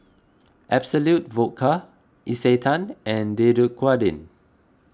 Absolut Vodka Isetan and Dequadin